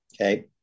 Okay